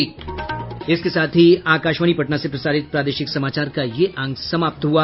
इसके साथ ही आकाशवाणी पटना से प्रसारित प्रादेशिक समाचार का ये अंक समाप्त हुआ